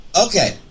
Okay